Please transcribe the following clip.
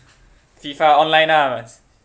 FIFA online ah